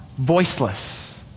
voiceless